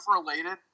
related